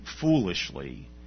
foolishly